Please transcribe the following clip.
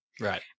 Right